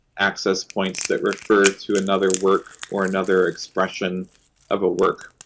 access points that refer to another work or another expression of a work.